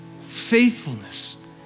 faithfulness